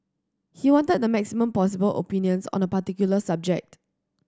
he wanted the maximum possible opinions on a particular subject